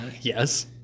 Yes